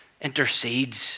intercedes